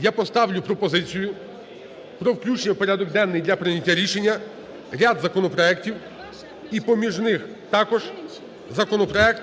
я поставлю пропозицію про включення в порядок денний для прийняття рішення ряду законопроектів і поміж них також законопроект